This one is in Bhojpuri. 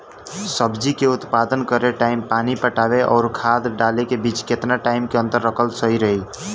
सब्जी के उत्पादन करे टाइम पानी पटावे आउर खाद डाले के बीच केतना टाइम के अंतर रखल सही रही?